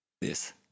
yes